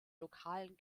lokalen